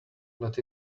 let